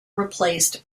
replaced